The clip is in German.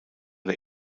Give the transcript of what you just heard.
der